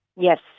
Yes